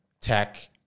tech